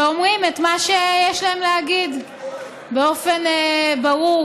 ואומרים את מה שיש להם להגיד באופן ברור,